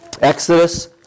Exodus